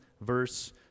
verse